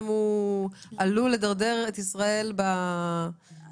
עלול לדרדר את ישראל בדירוג?